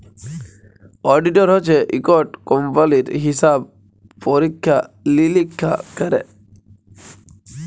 auditor হছে ইকট কম্পালির হিসাব পরিখ্খা লিরিখ্খা ক্যরে